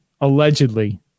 Allegedly